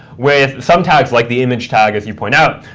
with some tags like the image tag, as you point out,